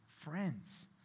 friends